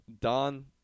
Don